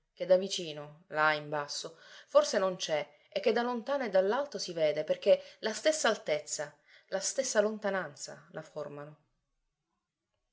che da vicino là in basso forse non c'è e che da lontano e dall'alto si vede perché la stessa altezza la stessa lontananza la formano